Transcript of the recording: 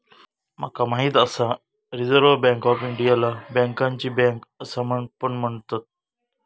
माका माहित आसा रिझर्व्ह बँक ऑफ इंडियाला बँकांची बँक असा पण म्हणतत